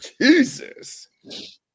Jesus